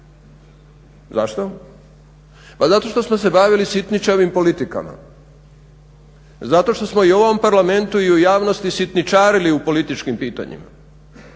Zašto? Pa zato što smo se bavili sitničavim politikama, zato što smo i u ovom parlamentu i u javnosti sitničarili u političkim pitanjima